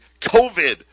COVID